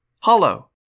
hollow